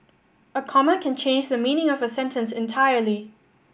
a comma can change the meaning of a sentence entirely